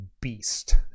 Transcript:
beast